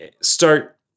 start